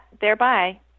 thereby